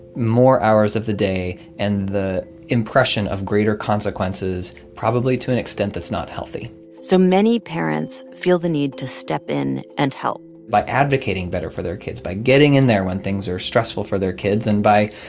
more hours of the day and the impression of greater consequences probably to an extent that's not healthy so many parents feel the need to step in and help by advocating better for their kids, by getting in there when things are stressful for their kids and by,